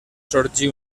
sorgí